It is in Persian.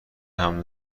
حمل